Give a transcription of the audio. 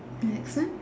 the next one